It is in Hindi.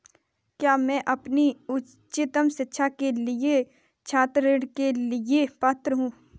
क्या मैं अपनी उच्च शिक्षा के लिए छात्र ऋण के लिए पात्र हूँ?